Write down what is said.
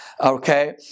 okay